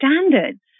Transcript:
standards